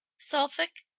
suffolke,